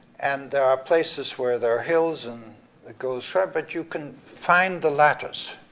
and there are places where there are hills, and it goes far, but you can find the lattice.